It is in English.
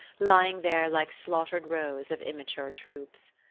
lying there like slaughtered rows of immature troops.